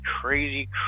crazy